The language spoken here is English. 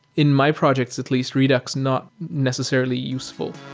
in my projects at least, redux not necessarily useful.